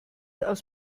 aus